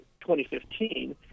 2015